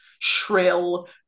shrill